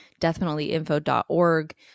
deathpenaltyinfo.org